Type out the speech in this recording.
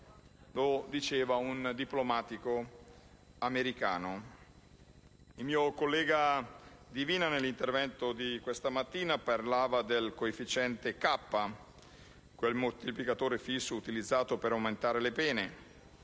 asseriva un diplomatico americano. Il mio collega Divina, nell'intervento di questa mattina, parlava del coefficiente K, ossia di quel moltiplicatore fisso utilizzato per aumentare le pene: